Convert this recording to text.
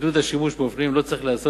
עידוד השימוש באופנועים לא צריך להיעשות